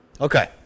Okay